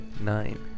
nine